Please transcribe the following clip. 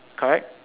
correct